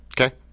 Okay